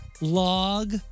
log